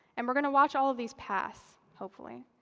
and we're going to watch all of these paths, hopefully,